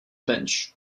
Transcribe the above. bench